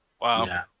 Wow